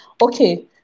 Okay